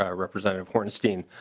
ah representative hornstein.